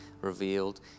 revealed